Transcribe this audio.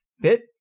bit